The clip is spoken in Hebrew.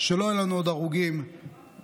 שלא יהיו לנו עוד הרוגים מטרור,